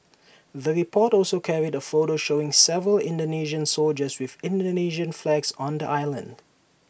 the report also carried A photo showing several Indonesian soldiers with Indonesian flags on the island